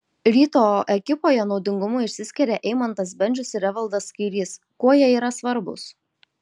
ryto ekipoje naudingumu išsiskiria eimantas bendžius ir evaldas kairys kuo jie yra svarbūs